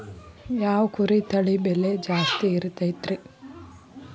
ಯಾವ ಕುರಿ ತಳಿ ಬೆಲೆ ಜಾಸ್ತಿ ಇರತೈತ್ರಿ?